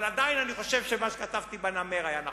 אבל עדיין אני חושב שמה שכתבתי בנמר היה נכון.